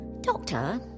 Doctor